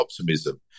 optimism